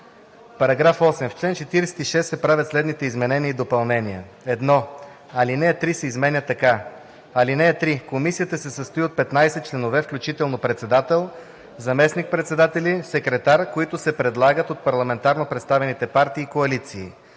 § 8: „§ 8. В чл. 46 се правят следните изменения и допълнения: 1. Алинея 3 се изменя така: „(3) Комисията се състои от 15 членове, включително председател, заместник-председатели и секретар, които се предлагат от парламентарно представените партии и коалиции.“